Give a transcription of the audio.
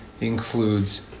includes